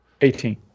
Eighteen